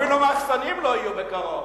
אפילו מחסנים לא יהיו בקרוב.